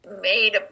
made